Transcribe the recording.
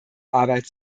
arbeit